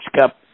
Cup